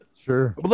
Sure